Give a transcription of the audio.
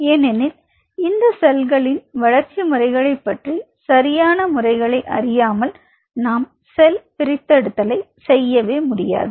ஏனெனில் இந்த செல்களின் வளர்ச்சி முறைகளைப்பற்றி சரியானமுறைகளை அறியாமல் நாம் செல் பிரித்தெடுத்தலை செய்ய முடியாது